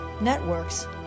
networks